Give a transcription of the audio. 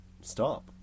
stop